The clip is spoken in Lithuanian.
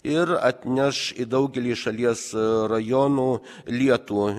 ir atneš į daugelį šalies rajonų lietų